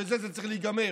ובזה זה צריך להיגמר.